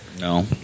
No